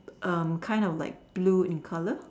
um kind of like blue in colour